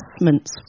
adjustments